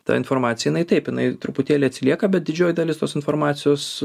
ta informacija jinai taip jinai truputėlį atsilieka bet didžioji dalis tos informacijos